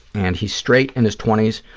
and he's straight, in his twenty s,